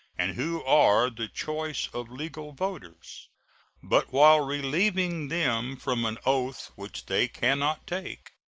and who are the choice of legal voters but while relieving them from an oath which they can not take,